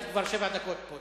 את כבר שבע דקות פה.